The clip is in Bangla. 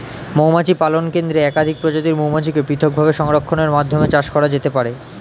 মৌমাছি পালন কেন্দ্রে একাধিক প্রজাতির মৌমাছিকে পৃথকভাবে সংরক্ষণের মাধ্যমে চাষ করা যেতে পারে